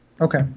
Okay